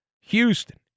Houston